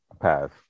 path